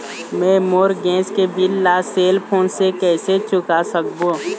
मैं मोर गैस के बिल ला सेल फोन से कइसे चुका सकबो?